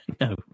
no